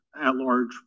at-large